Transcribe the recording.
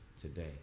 today